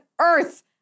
earth